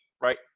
right